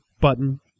button